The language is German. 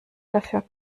dafür